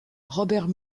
robert